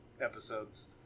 episodes